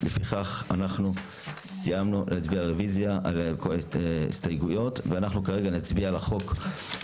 מי בעד הרוויזיה על הסתייגות מספר 61?